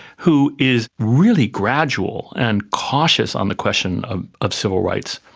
who is really gradual and cautious on the question of of civil rights,